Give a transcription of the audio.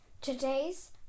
Today's